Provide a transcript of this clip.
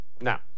Now